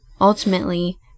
ultimately